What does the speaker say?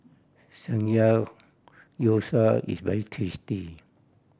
Samgeyopsal is very tasty